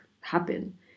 happen